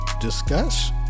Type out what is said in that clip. discuss